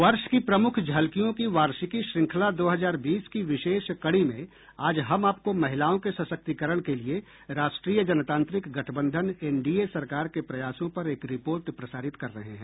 वर्ष की प्रमुख झलकियों की वार्षिकी श्रृंखला दो हजार बीस की विशेष कड़ी में आज हम आपको महिलाओं के सशक्तिकरण के लिए राष्ट्रीय जनतांत्रिक गठबंधन एनडीए सरकार के प्रयासों पर एक रिपोर्ट प्रसारित कर रहे हैं